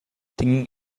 thinking